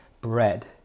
bread